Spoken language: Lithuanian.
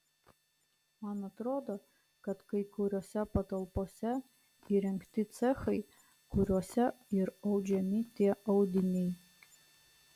man atrodo kad kai kuriose patalpose įrengti cechai kuriuose ir audžiami tie audiniai